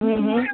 અહહ